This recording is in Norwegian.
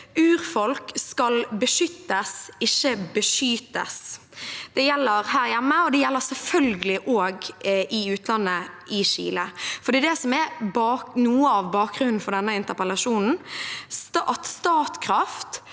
Urfolk skal beskyttes, ikke beskytes. Det gjelder her hjemme, og det gjelder selvfølgelig også i utlandet, i Chile. Det er noe av bakgrunnen for denne interpellasjonen, at det